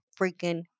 freaking